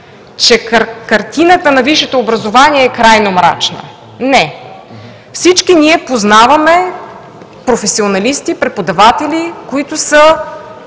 че картината на висшето образование е крайно мрачна. Не! Всички ние познаваме професионалисти преподаватели, които са